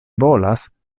volas